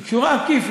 היא קשורה באופן עקיף,